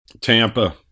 Tampa